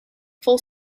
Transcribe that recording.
full